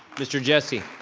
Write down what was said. mr. jessie.